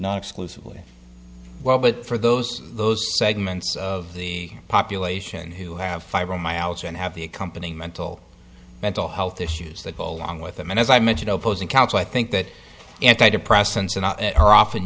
not exclusively well but for those those segments of the population who have fibromyalgia and have the accompanying mental mental health issues that go along with them and as i mentioned opposite counsel i think that antidepressants and are often